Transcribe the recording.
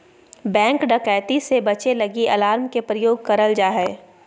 bank डकैती से बचे लगी अलार्म के प्रयोग करल जा हय